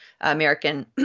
American